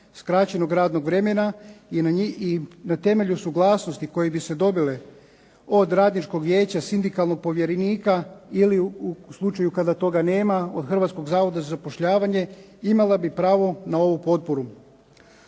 skraćenog radnog vremena i na temelju suglasnosti koje bi se dobile od radničkog vijeća, sindikalnog povjerenika ili u slučaju kada toga nema od Hrvatskog zavoda za zapošljavanje imala bi pravo na ovu potporu.